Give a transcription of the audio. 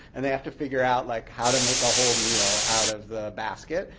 and they have to figure out like how to make a whole meal out of the basket.